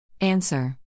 Answer